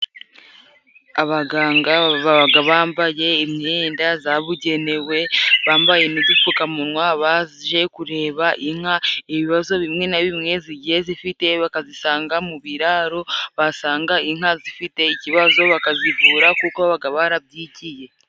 Abaganga babaga bambaye imyenda zabugenewe, bambaye n'udupfukamunwa, baje kureba inka ibibazo bimwe na bimwe zigiye zifite bakazisanga mu biraro, basanga inka zifite ikibazo bakazivura kuko babaga barabyigiye.